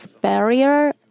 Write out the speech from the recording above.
barrier